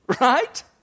Right